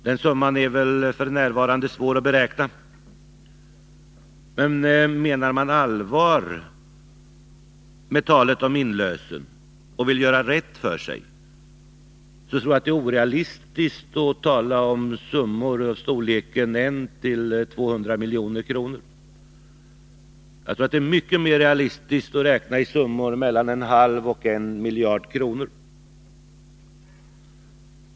Den summan är f. n. svår att beräkna, men menar man allvar med talet om inlösen och vill göra rätt för sig tror jag att det är orealistiskt att tala om summor i storleksordningen 100-200 milj.kr. Det är mer realistiskt att räkna med summor i storleksordningen 0,5—1 miljard kronor.